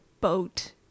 boat